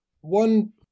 one